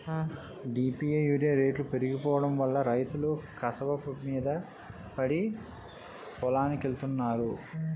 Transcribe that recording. DAP urea రేట్లు పెరిగిపోడంవల్ల రైతులు కసవమీద పడి పొలానికెత్తన్నారు